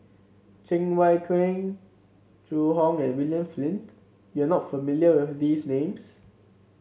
Cheng Wai Keung Zhu Hong and William Flint you are not familiar with these names